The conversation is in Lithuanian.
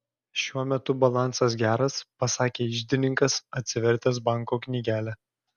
šiuo metu balansas geras pasakė iždininkas atsivertęs banko knygelę